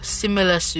similar